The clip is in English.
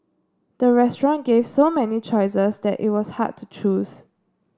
the restaurant gave so many choices that it was hard to choose